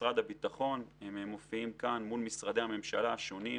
משרד הביטחון מול משרדי הממשלה השונים.